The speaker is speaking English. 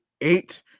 eight